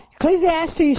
Ecclesiastes